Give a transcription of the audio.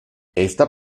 esta